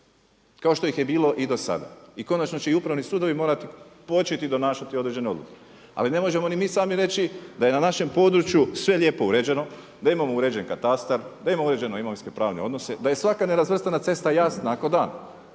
kao što ih je bilo i do sada. I konačno će i upravni sudovi morati početi donašati određene odluke. Ali ne možemo ni mi sami reći da je na našem području sve lijepo uređeno, da imamo uređen katastar, da imamo uređene imovinsko-pravne odnose, da je svaka nerazvrstana cesta jasna ako da